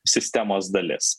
sistemos dalis